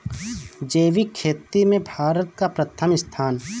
जैविक खेती में भारत का प्रथम स्थान